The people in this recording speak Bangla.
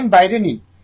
sin বাইরে নিন